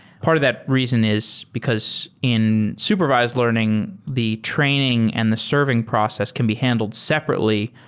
part of that reason is because in supervised learning, the training and the serving process can be handled separately.